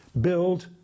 Build